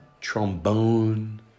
trombone